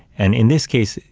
and in this case,